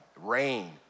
rain